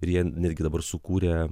ir jie netgi dabar sukūrė